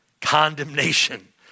condemnation